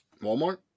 Walmart